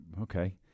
Okay